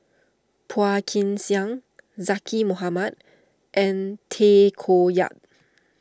Phua Kin Siang Zaqy Mohamad and Tay Koh Yat